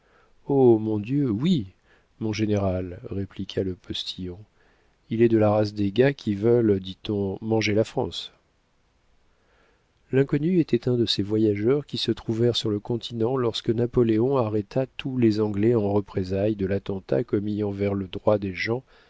mon dieu oui mon général répliqua le postillon il est de la race des gars qui veulent dit-on manger la france l'inconnu était un de ces voyageurs qui se trouvèrent sur le continent lorsque napoléon arrêta tous les anglais en représailles de l'attentat commis envers le droit des gens